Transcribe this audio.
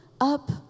up